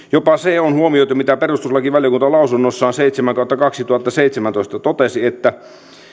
jopa se mitä perustuslakivaliokunta lausunnossaan seitsemän kautta kaksituhattaseitsemäntoista totesi että